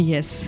Yes